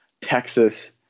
Texas